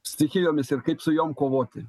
stichijomis ir kaip su jom kovoti